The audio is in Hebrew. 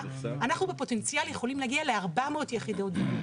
אנחנו בפוטנציאל יכולים להגיע ל-400 יחידות דיור,